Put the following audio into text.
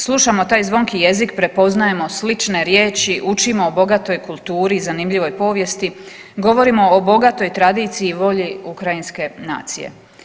Slušamo taj zvonki jezik, prepoznajemo slične riječi, učimo o bogatoj kulturi i zanimljivoj povijesti, govorimo o bogatoj tradiciji i volji ukrajinske nacije.